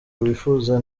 wifuza